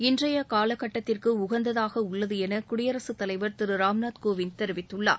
இன்றைய காலக்கட்டத்திற்கு உகந்ததாக உள்ளது என குடியரசுத் தலைவர் திரு ராம்நாத் கோவிந்த் தெரிவித்துள்ளார்